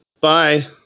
Bye